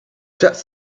just